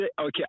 okay